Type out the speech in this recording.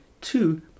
two